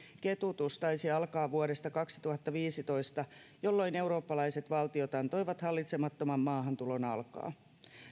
ketutus taisi alkaa vuodesta kaksituhattaviisitoista jolloin eurooppalaiset valtiot antoivat hallitsemattoman maahantulon alkaa